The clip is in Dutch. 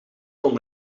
kon